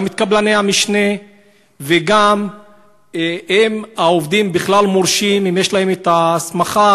גם את קבלני המשנה וגם אם העובדים בכלל מורשים ואם יש להם הסמכה